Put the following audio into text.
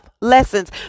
lessons